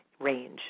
range